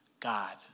God